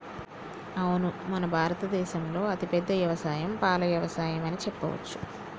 అవును మన భారత దేసంలో అతిపెద్ద యవసాయం పాల యవసాయం అని చెప్పవచ్చు